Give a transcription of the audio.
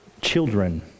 children